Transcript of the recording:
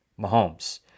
mahomes